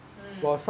mm